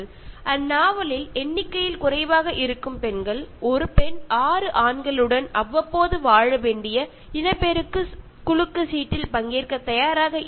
സ്ത്രീകളുടെ എണ്ണം ഈ നോവലിൽ കുറവായതുകൊണ്ട് അവർക്ക് സുരക്ഷിതത്വം നൽകുന്നത് അവർ പ്രത്യുല്പാദന പ്രക്രിയയിൽ പങ്കെടുക്കുമ്പോഴാണ്